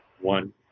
one